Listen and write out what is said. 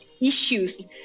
issues